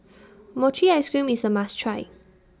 Mochi Ice Cream IS A must Try